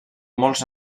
molts